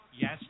Yes